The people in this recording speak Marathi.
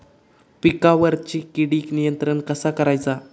पिकावरची किडीक नियंत्रण कसा करायचा?